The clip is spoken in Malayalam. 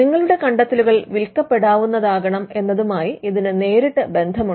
നിങ്ങളുടെ കണ്ടത്തലുകൾ വിൽക്കപ്പെടാവുന്നതാകണം എന്നതുമായി ഇതിന് നേരിട്ട് ബന്ധമുണ്ട്